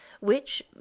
which